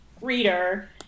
reader